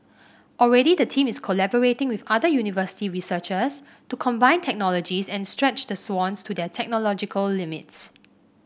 already the team is collaborating with other university researchers to combine technologies and stretch the swans to their technological limits